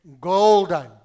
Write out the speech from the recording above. golden